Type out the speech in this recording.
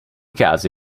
casi